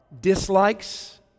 dislikes